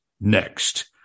next